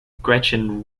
gretchen